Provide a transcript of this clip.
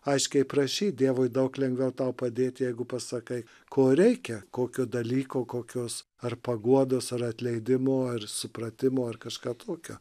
aiškiai prašyt dievui daug lengviau tau padėt jeigu pasakai ko reikia kokio dalyko kokios ar paguodos ar atleidimo ar supratimo ar kažką tokio